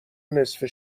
نصفه